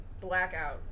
Blackout